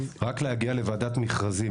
רק להגיע לוועדת מכרזים,